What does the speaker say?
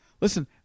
Listen